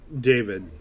David